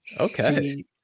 okay